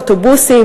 אוטובוסים,